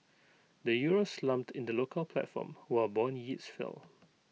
the euro slumped in the local platform while Bond yields fell